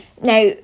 Now